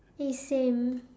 eh same